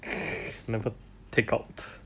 never take out